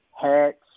hats